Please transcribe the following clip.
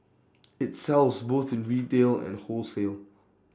IT sells both in retail and in wholesale